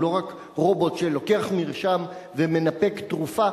הוא לא רק רובוט שלוקח מרשם ומנפק תרופה.